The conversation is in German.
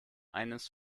eines